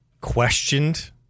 questioned